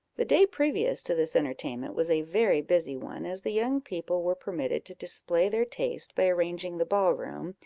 the day previous to this entertainment was a very busy one, as the young people were permitted to display their taste by arranging the ball-room,